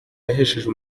yahesheje